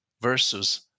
versus